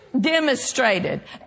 demonstrated